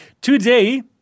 Today